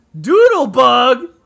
Doodle-bug